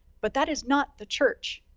but that is not the church.